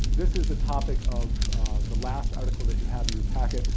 this is a topic of the last article that you have in your packet.